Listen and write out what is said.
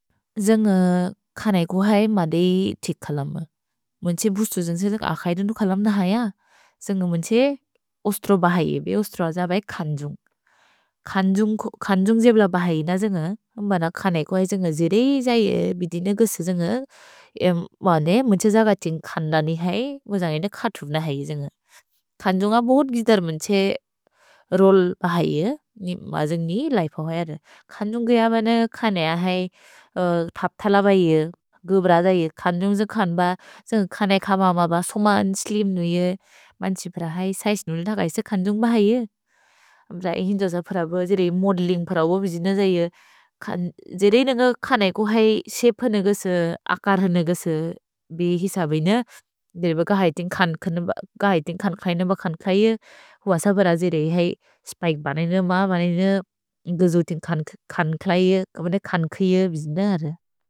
जन्ग् कने कुअ है म देइ तित् कलम्। मुन्छे बुस्तु जन्ग् सेजन्ग् अकै दुन्दु कलम् न हैअ। जन्ग् मुन्छे उस्त्रो ब है बे उस्त्रो अज बै कन्जुन्ग्। कन्जुन्ग् जेब्ल ब है न जन्ग् बद कने कुअ है जन्ग् जिरेइ जये बिदिन गुस जन्ग् बदे मुन्छे जग तिन्ग् कन्दनि है म जन्गिने कथुव् न है जन्ग्। कन्जुन्ग बोहुत् गिदर् मुन्छे रोल् ब हैअ। नि म जन्गिने लिफे होगय द। कन्जुन्ग् गय ब न कने अ है तप् थल ब इअ। गु ब्रद इअ। कन्जुन्ग् जन्ग् कने ब जन्ग् कने क मम ब सोमन् स्लिम् नु इअ। मुन्छे प्रए है सैज् नुल्द कैस कन्जुन्ग् ब हैअ। जन्ग् मोदेलिन्ग् ब रओ ब बिदिन जये जिरेइ न न्ग कने कुअ है शपे न गुस अकर् न गुस बे हिस बैन। देल्ब गहैतिन् कन्क्लै न ब कन्क्लै हुअस बद जिरेइ है स्पिके ब नैन म ब नैन न्गजुते कन्क्लै क बद कन्खिय बिदिन रओ।